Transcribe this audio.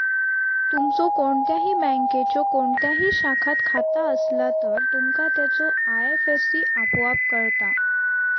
तुमचो कोणत्याही बँकेच्यो कोणत्याही शाखात खाता असला तर, तुमका त्याचो आय.एफ.एस.सी आपोआप कळता